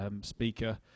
speaker